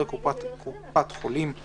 כתגמולים או בכל דרך אחרת,